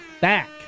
back